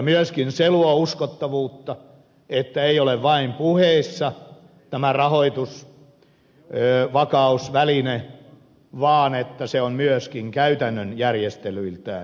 myöskin se luo uskottavuutta että ei ole vain puheissa tämä rahoitusvakausväline vaan se on myöskin käytännön järjestelyiltään valmiina